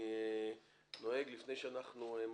אני נוהג, לפני שאנחנו מתחילים,